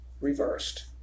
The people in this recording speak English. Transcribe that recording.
reversed